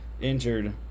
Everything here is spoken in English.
injured